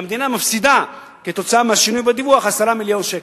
והמדינה מפסידה מהשינוי בדיווח 10 מיליון שקל.